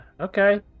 okay